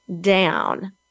down